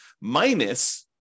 minus